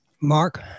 Mark